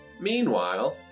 Meanwhile